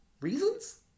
reasons